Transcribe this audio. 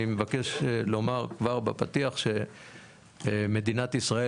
אני מבקש לומר כבר בפתיח שמדינת ישראל